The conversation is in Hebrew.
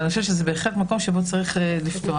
אני חושבת שזה בהחלט מקום שבו צריך לפתוח.